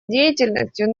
деятельностью